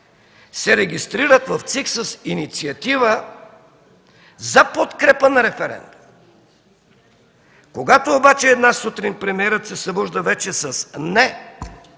се регистрират в ЦИК с инициатива за подкрепа на референдума. Когато обаче една сутрин премиерът се събужда вече с „не”,